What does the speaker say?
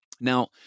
Now